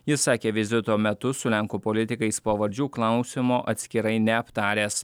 jis sakė vizito metu su lenkų politikais pavardžių klausimo atskirai neaptaręs